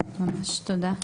תודה.